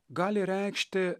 gali reikšti